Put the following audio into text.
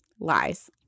Lies